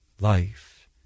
life